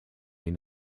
den